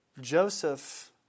Joseph